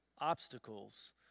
obstacles